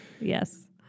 Yes